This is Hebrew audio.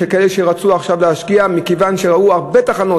של כאלה שרצו עכשיו להשקיע מכיוון שראו הרבה תחנות,